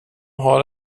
har